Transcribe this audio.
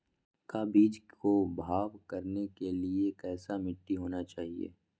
का बीज को भाव करने के लिए कैसा मिट्टी होना चाहिए?